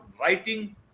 writing